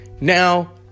Now